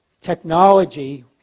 technology